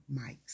mics